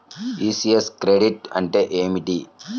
ECS credit అంటే ఏమిటి?